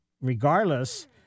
regardless